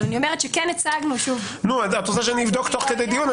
אבל כן הצגנו --- את רוצה שאני אבדוק תוך כדי דיון?